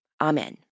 Amen